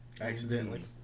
Accidentally